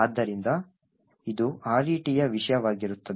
ಆದ್ದರಿಂದ ಇದು RET ಯ ವಿಷಯವಾಗಿರುತ್ತದೆ